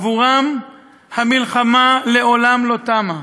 בעבורם המלחמה לעולם לא תמה.